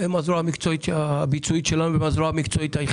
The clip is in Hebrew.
הם הזרוע המקצועית והביצועית שלנו היחידה.